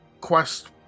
quest